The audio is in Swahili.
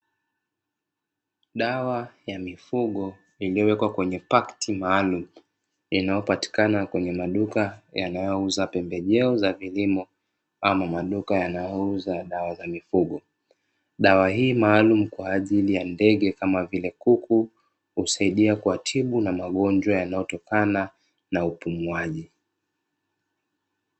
Dawa ya mifugo iliyowekwa kwenye pakiti maalumu, inayopatikana kwenye maduka yanayouza pembejeo za kilimo ama maduka yanayouza dawa za mifugo. Dawa hii maalumu kwa ajili ya ndege kama vile kuku, husaidia kuwatibu na magonjwa yanayotokana na upumuaji.